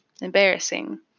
embarrassing